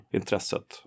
intresset